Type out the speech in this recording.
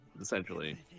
essentially